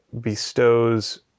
bestows